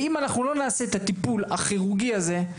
ואם אנחנו לא נעשה את הטיפול הכירורגי הזה,